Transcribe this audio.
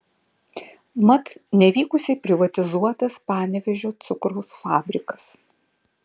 mat nevykusiai privatizuotas panevėžio cukraus fabrikas